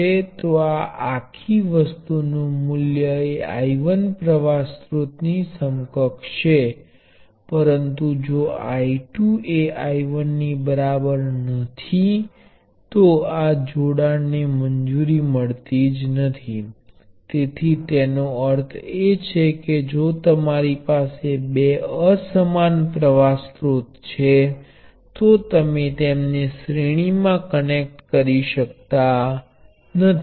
ત્યારે તમે આ બધા એલિમેન્ટો ને એક ટર્મિનલ સાથે જોડો છો અને આ બધા એલિમેન્ટોના બીજા ટર્મિનલને પણ એક બીજા નોડ સાથે જોડો છો અને આ બે નોડ એ અસરકારક સમાંતર સંયોજનના ટર્મિનલ્સ બનાવે છે